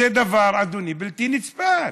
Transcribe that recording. אדוני, זה דבר בלתי נסבל.